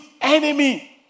enemy